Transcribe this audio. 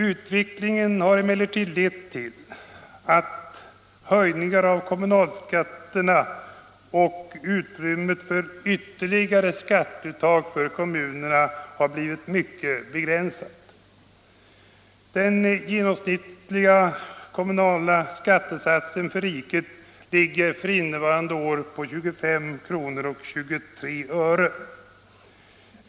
Utvecklingen har emellertid lett till sådana höjningar av kommunalskatterna att utrymmet för ytterligare skatteuttag blivit mycket begränsat. Den genomsnittliga kommunala skattesatsen för riket ligger för innevarande år på 25:23 kr. per skattekrona.